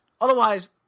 Otherwise